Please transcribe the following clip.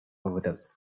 overdubs